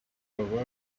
coworkers